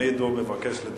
תמיד הוא מבקש להיות